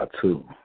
two